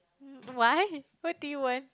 mm why what do you want